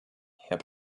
herr